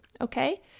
Okay